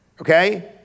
Okay